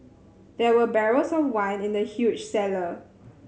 there were barrels of wine in the huge cellar